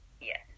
Yes